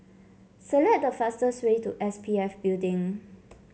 select the fastest way to S P F Building